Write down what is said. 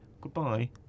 goodbye